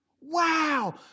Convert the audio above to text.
wow